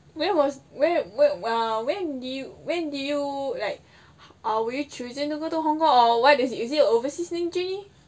where was where where where where do you where do you like ah we're choosing to go to hong-kong oh why does it usually you overseas thingy